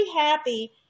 happy